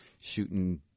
shooting